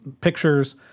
pictures